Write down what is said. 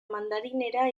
mandarinera